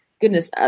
Goodness